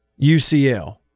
UCL